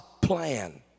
plan